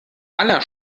aller